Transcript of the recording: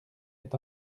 est